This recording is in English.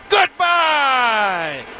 Goodbye